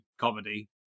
comedy